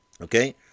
Okay